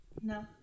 No